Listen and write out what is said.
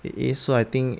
it is so I think